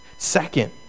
Second